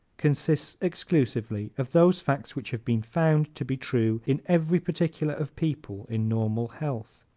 consists exclusively of those facts which have been found to be true in every particular of people in normal health.